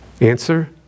Answer